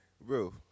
Bro